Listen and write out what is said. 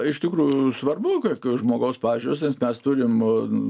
iš tikrųjų svarbu kokios žmogaus pažiūros nes mes turim